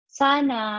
sana